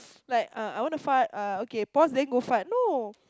like uh I want to fart Uh) okay pause then go fart no